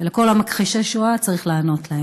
וכל מכחישי השואה, צריך לענות להם.